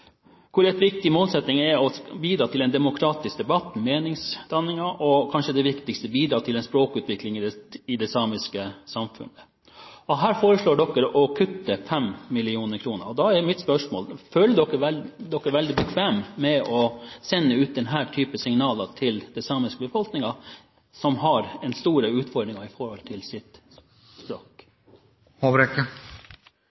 hvor en viktig målsetting er å bidra til en demokratisk debatt, meningsdanning og – kanskje det viktigste – språkutvikling i det samiske samfunnet, foreslår dere å kutte 5 mill. kr. Da er mitt spørsmål: Føler Kristelig Folkeparti seg veldig bekvem med å sende ut denne typen signaler til den samiske befolkningen, som har store utfordringer i forhold til sitt språk?